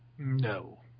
No